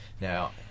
Now